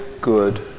good